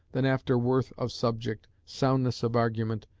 than after worth of subject, soundness of argument,